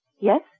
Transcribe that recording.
yes